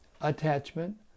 attachment